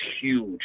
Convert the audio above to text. huge